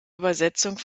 übersetzung